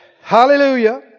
Hallelujah